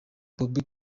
bobbi